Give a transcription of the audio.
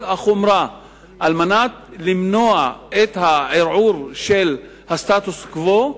החומרה כדי למנוע את ערעור הסטטוס-קוו,